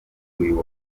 uyu